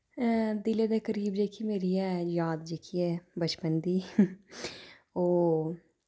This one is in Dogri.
दिले दे करीब जेह्की मेरी ऐ याद जेह्की ऐ बचपन दी ओ